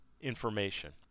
Information